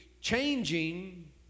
changing